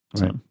Right